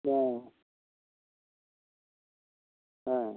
ஆ ஆ